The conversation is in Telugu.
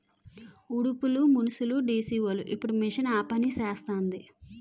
ఉడుపులు మనుసులుడీసీవోలు ఇప్పుడు మిషన్ ఆపనిసేస్తాంది